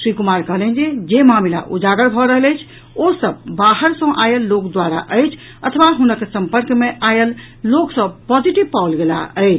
श्री कुमार कहलनि जे जे मामिला उजागर भऽ रहल अछि ओ सभ बारह सँ आयल लोक द्वारा अछि अथवा हुनक सम्पर्क मे आयल लोक सभ पॉजिटिव पाओल गेलाह अछि